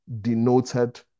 denoted